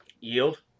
Yield